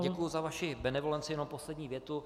Děkuji za vaši benevolenci, jen poslední větu.